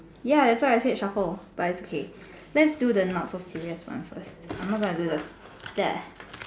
ya that's why I said shuffle but it's okay let's do the not so serious one first I'm not gonna do the